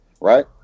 right